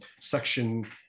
section